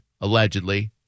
allegedly